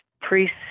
priests